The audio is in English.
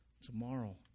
tomorrow